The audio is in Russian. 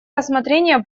рассмотрение